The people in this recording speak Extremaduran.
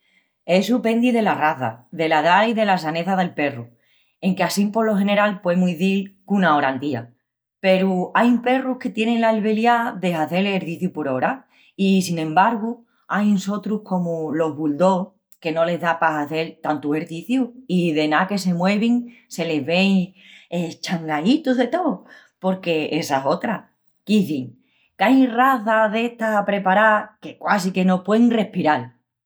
Essu pendi dela raza, dela edá i dela saneza'l perru, enque assín polo general poemus izil qu'una ora al día. Peru ain perrus que tienin l'albeliá de hazel exercicius por oras, i, sin embargu, ain sotrus comu los bulldogs que no les da pa hazel tantu exerciciu i de ná que se muevin se les vei eschangaítus de tó, porque essa es otra, qu'izin qu'ain razas d'estas apreparás que quasi que no puein respiral.